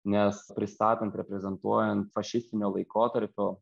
nes pristatant reprezentuojant fašistinio laikotarpio